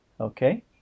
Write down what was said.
Okay